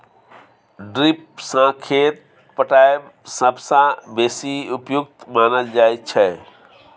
drip सँ खेत पटाएब सबसँ बेसी उपयुक्त मानल जाइ छै